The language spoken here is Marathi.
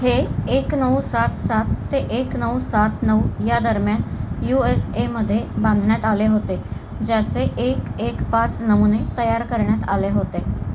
हे एक नऊ सात सात ते एक नऊ सात नऊ या दरम्यान यू एस एमध्ये बांधण्यात आले होते ज्याचे एक एक पाच नमुने तयार करण्यात आले होते